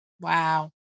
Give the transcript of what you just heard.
Wow